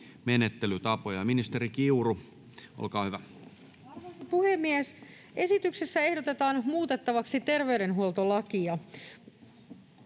menettelytapoja. — Ministeri Kiuru, olkaa hyvä. Arvoisa puhemies! Esityksessä ehdotetaan muutettavaksi terveydensuojelulakia.